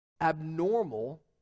abnormal